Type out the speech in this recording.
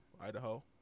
Idaho